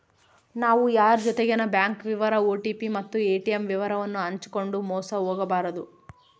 ನಾವು ಯಾರ್ ಜೊತಿಗೆನ ಬ್ಯಾಂಕ್ ವಿವರ ಓ.ಟಿ.ಪಿ ಮತ್ತು ಏ.ಟಿ.ಮ್ ವಿವರವನ್ನು ಹಂಚಿಕಂಡು ಮೋಸ ಹೋಗಬಾರದು